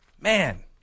man